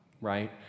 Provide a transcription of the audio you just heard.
right